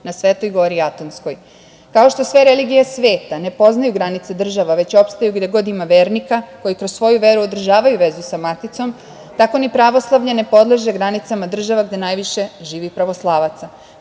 na Svetoj gori Atonskoj. Kao što sve religije sveta ne poznaju granice država, već opstaju gde god ima vernika, koji kroz svoju veru održavaju vezu sa maticom, tako ni pravoslavlje ne podleže granicama država gde najviše živi pravoslavaca. Podizanje